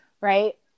right